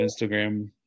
Instagram